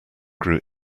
grew